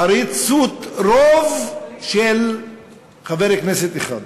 עריצות רוב של חבר כנסת אחד.